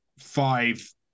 five